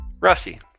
Rusty